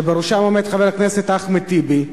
שבראשם עומד חבר הכנסת אחמד טיבי,